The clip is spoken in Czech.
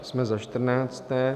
Jsme za čtrnácté.